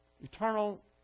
eternal